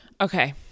Okay